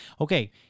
okay